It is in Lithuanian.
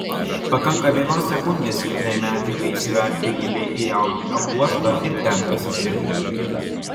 pakanka vienos sekundės lipniai medžiagai įsivelti giliai į audinio pluoštą ir ten įsitvirtinti